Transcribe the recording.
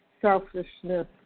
selfishness